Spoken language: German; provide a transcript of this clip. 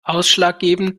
ausschlaggebend